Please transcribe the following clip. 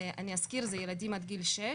אני אזכיר, אלה ילדים עד גיל 6,